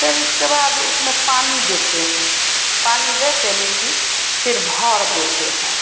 फिर इसके बाद उसमें पानी देते हैं पानी देकर मिट्टी फिर भर देते हैं